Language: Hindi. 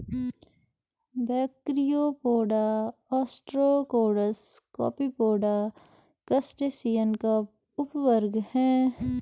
ब्रैकियोपोडा, ओस्ट्राकोड्स, कॉपीपोडा, क्रस्टेशियन का उपवर्ग है